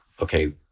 okay